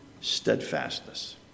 steadfastness